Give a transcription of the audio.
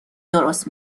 درست